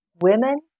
Women